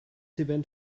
event